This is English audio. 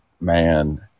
man